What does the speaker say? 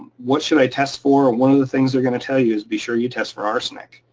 what should i test for? ah one of the things they're gonna tell you is, be sure you test for arsenic.